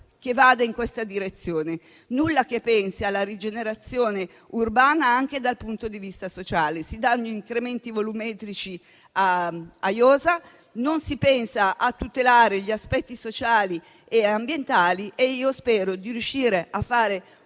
che vada in tale direzione; nulla che pensi alla rigenerazione urbana anche dal punto di vista sociale. Si danno incrementi volumetrici a iosa, non si pensa a tutelare gli aspetti sociali e ambientali, e io spero di riuscire a fare